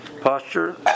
posture